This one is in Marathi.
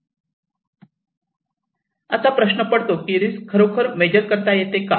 आता आता प्रश्न पडतो की रिस्क खरोखरच मेजर करता येते का